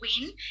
win